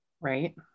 Right